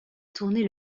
tourner